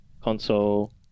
console